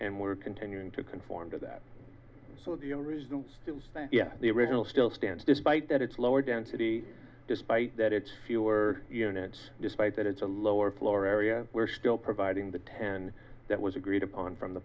and we're continuing to conform to that so the end results to say yes the original still stands despite that it's lower density despite that it's fewer units despite that it's a lower floor area we're still providing the ten that was agreed upon from the